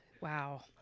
wow